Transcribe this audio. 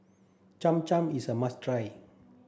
Cham Cham is a must try